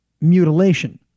Mutilation